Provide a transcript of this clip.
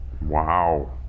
wow